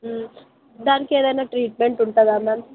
దానికేదైనా treatment ఉంటుందా ma'am